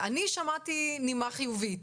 אני שמעתי נימה חיובית,